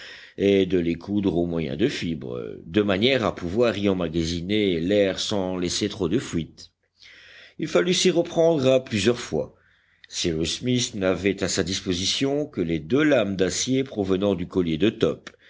et de les coudre au moyen de fibres de manière à pouvoir y emmagasiner l'air sans laisser trop de fuites il fallut s'y reprendre à plusieurs fois cyrus smith n'avait à sa disposition que les deux lames d'acier provenant du collier de top